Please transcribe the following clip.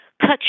Cut